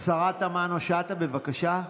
השרה תמנו שטה, בבקשה.